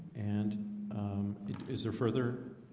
and is there further?